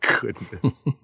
goodness